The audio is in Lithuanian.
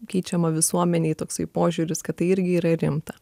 keičiama visuomenei toksai požiūris kad tai irgi yra rimta